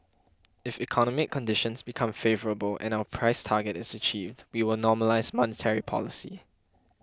if economic conditions become favourable and our price target is achieved we will normalise monetary policy